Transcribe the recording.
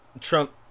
Trump